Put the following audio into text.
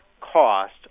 cost